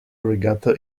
regatta